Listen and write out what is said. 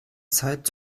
zeit